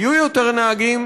יהיו יותר נהגים,